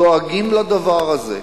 דואגים לדבר הזה.